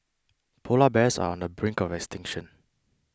Polar Bears are on the brink of extinction